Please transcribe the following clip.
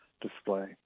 display